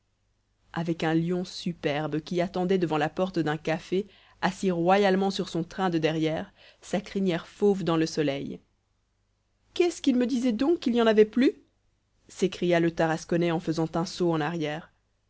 avec un lion superbe qui attendait devant la porte d'un café assis royalement sur son train de derrière sa crinière fauve dans le soleil qu'est ce qu'ils me disaient donc qu'il n'y en avait plus s'écria le tarasconnais en faisant un saut en arrière